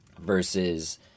versus